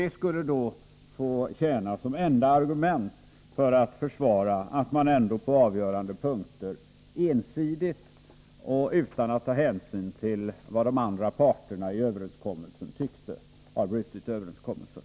Det skulle då få tjäna som enda argument för att försvara att man ändå på avgörande punkter ensidigt och utan att ta hänsyn till vad de andra parterna i överenskommelsen tyckte har brutit överenskommelsen.